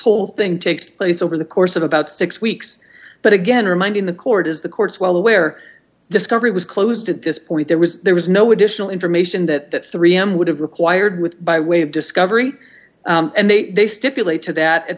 whole thing takes place over the course of about six weeks but again reminding the court is the court's well aware discovery was closed at this point there was there was no additional information that would have required with by way of discovery and they stipulate to that at